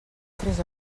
tres